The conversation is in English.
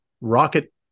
rocket